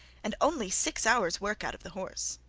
and only six hours' work out of the horse.